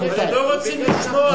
אבל הם לא רוצים לשמוע.